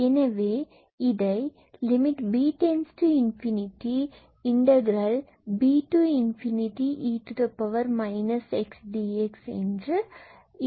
எனவே இதை lim𝐵→∞ B e x dx இப்படி எழுதலாம்